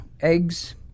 eggs